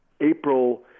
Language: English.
April